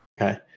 Okay